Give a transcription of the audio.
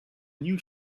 new